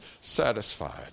satisfied